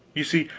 you see,